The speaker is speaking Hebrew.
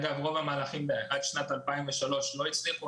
אגב רוב המהלכים עד שנת 2003 לא הצליחו.